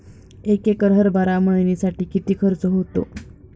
एक एकर हरभरा मळणीसाठी किती खर्च होतो?